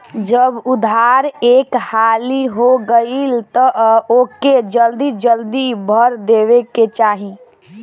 जब उधार एक हाली हो गईल तअ ओके जल्दी जल्दी भर देवे के चाही